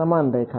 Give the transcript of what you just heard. સમાન રેખા